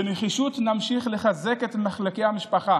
בנחישות נמשיך לחזק את מחלקי המשפחה